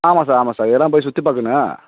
ஆமாம் சார் ஆமாம் சார் இதெல்லாம் போய் சுற்றி பார்க்கணும்